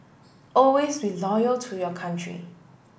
always be loyal to your country